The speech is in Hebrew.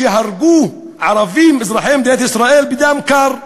שהרגו ערבים אזרחי מדינת ישראל בדם קר.